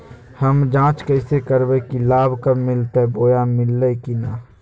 हम जांच कैसे करबे की लाभ कब मिलते बोया मिल्ले की न?